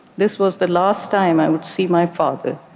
this was the last time i would see my father.